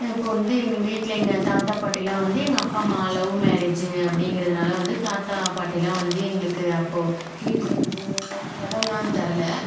இப்போது வந்து எங்கள் வீட்டில் எங்கள் தாத்தா பாட்டியெலாம் வந்து எங்கள் அப்பாம்மா லவ் மேரேஜு அப்படீங்கிறதுனால வந்து தாத்தா பாட்டியெலாம் வந்து எங்களுக்கு அப்போது வீட்டில் வந்து இடோலாம் தரலை